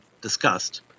discussed